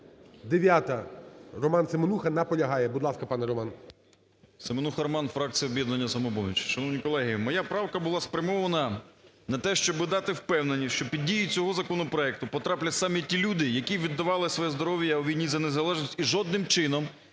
9-а. Роман Семенуха наполягає. Будь ласка, пане Роман. 12:47:12 СЕМЕНУХА Р.С. Семенуха Роман, фракція "Об'єднання "Самопоміч". Шановні колеги, моя правка була спрямована на те, щоб дати впевненість, що під дію цього законопроекту потраплять саме ті люди, які віддавали своє здоров'я у війні за незалежність, і жодним чином